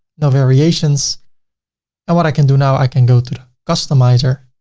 no variations and what i can do now, i can go through customizer